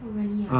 oh really ah